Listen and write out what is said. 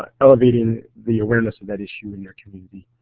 um elevating the awareness of that issue in their community.